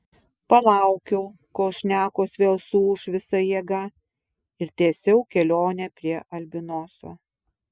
palaukiau kol šnekos vėl suūš visa jėga ir tęsiau kelionę prie albinoso